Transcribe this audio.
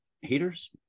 heaters